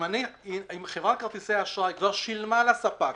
אם חברת כרטיסי אשראי כבר שילמה לספק,